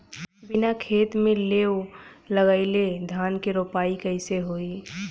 बिना खेत में लेव लगइले धान के रोपाई कईसे होई